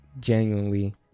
genuinely